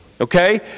Okay